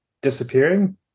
disappearing